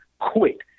quit